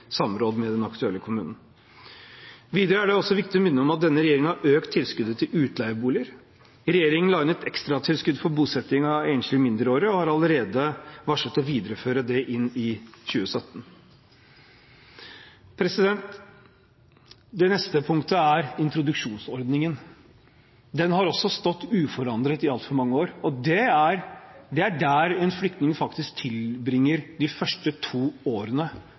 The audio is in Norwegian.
samråd med den aktuelle kommunen. Videre er det også viktig å minne om at denne regjeringen har økt tilskuddet til utleieboliger. Regjeringen la inn et ekstratilskudd for bosetting av enslige mindreårige og har allerede varslet å videreføre det i 2017. Det neste punktet er introduksjonsordningen. Den har også stått uforandret i altfor mange år, og det er innenfor den en flyktning faktisk tilbringer de to første årene